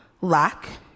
lack